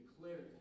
declared